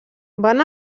van